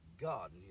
God